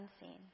unseen